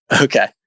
Okay